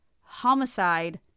Homicide